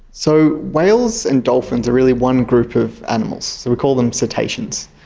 so whales and dolphins are really one group of animals, so we call them cetaceans,